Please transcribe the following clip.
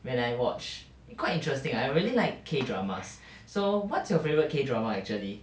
when I watch eh quite interesting I really like K dramas so what's your favourite K drama actually